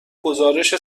گزارش